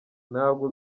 ntabwo